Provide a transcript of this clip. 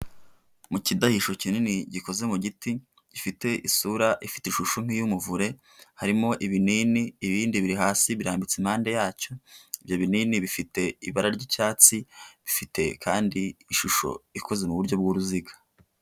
Mu kidahisho kinini gikoze mu giti, gifite isura ifite ishusho nk'iy'umuvure, harimo ibinini, ibindi biri hasi birambitse impande yacyo, ibyo binini bifite ibara ry'icyatsi, bifite kandi ishusho ikoze mu buryo bw'uruziga.